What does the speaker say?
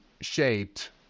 shaped